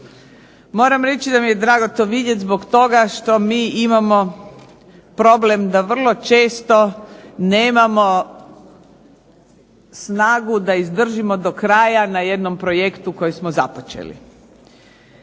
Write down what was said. Moram reći da mi je drago to vidjeti zbog toga što mi imamo problema da vrlo često nemamo snagu da izdržimo do kraja na jednom projektu koji smo započeli.